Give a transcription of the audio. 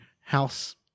house